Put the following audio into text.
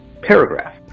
paragraph